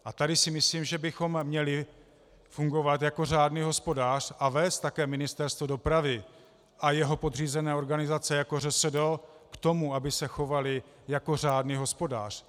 A tady si myslím, že bychom měli fungovat jako řádný hospodář a vést také Ministerstvo dopravy a jeho podřízené organizace jako ŘSD k tomu, aby se chovaly jako řádný hospodář.